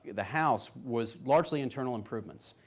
the house was largely internal improvements.